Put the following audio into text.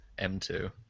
M2